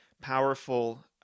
powerful